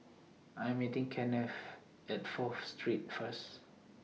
I Am meeting Kennith At Fourth Street First